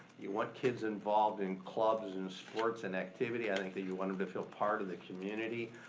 you want kids involved in clubs and sports and activity. i think that you want em to feel part of the community.